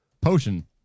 Potion